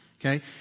Okay